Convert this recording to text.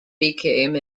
became